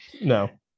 No